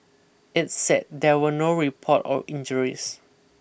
it said there were no report of injuries